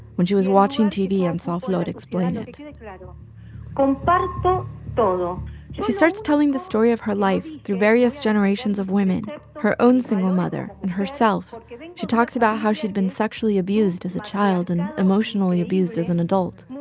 when she was watching tv and saw flor explain it like and um but but she she starts telling the story of her life through various generations of women her own single mother and herself. she talks about how she'd been sexually abused as a child and emotionally abused as an adult.